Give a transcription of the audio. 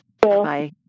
Bye